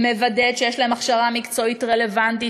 מוודאת שיש להם הכשרה מקצועית רלוונטית